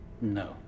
No